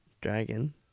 dragon